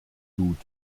blut